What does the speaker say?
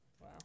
wow